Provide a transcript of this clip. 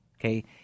okay